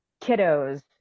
kiddos